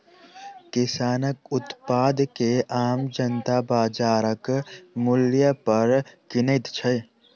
किसानक उत्पाद के आम जनता बाजारक मूल्य पर किनैत छै